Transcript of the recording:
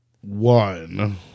One